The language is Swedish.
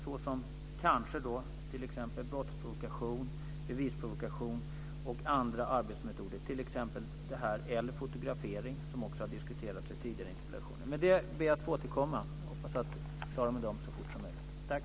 Det kan då kanske handla om brottsprovokation, bevisprovokation och andra arbetsmetoder, t.ex. det här eller fotografering som också har diskuterats i tidigare interpellationsdebatter. Med det ber jag att få återkomma. Jag hoppas att vi är klara med det här så fort som möjligt. Tack!